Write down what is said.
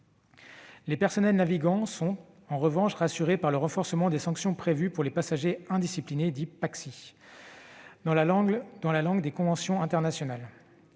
les personnels navigants sont rassurés par le renforcement des sanctions prévues pour les passagers indisciplinés, dits PAXI dans la langue des conventions internationales.